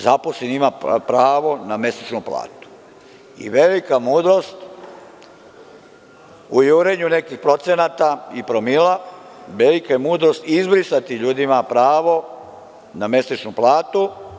Zaposleni ima pravo na mesečnu platu i velika mudrost u jurenju nekih procenata i promila, velika je mudrost izbrisati ljudima pravo na mesečnu platu.